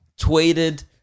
tweeted